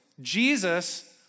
Jesus